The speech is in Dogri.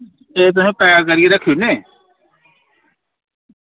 एह् तुसैं पैक करियै रक्खी ओड़ ने